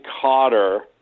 Cotter